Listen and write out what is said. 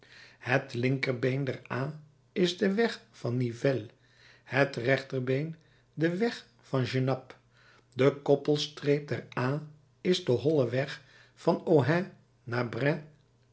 het linkerbeen der a is de weg van nivelles het rechterbeen de weg van genappe de koppelstreep der a is de holleweg van ohain